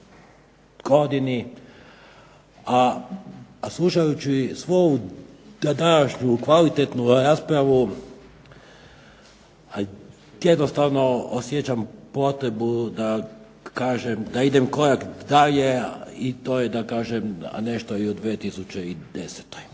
a slušajući svu današnju kvalitetnu raspravu, jednostavno osjećam potrebu da kažem, da idem korak dalje i to je da kažem nešto i o 2010.